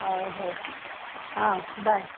ହଉ ହଉ ହଁ ବାଏ